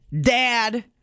Dad